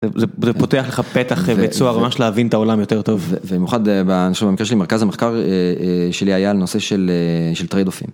זה פותח לך פתח וצוהר ממש להבין את העולם יותר טוב ובמיוחד במקרה שלי מרכז המחקר שלי היה על נושא של טריידופים.